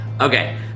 okay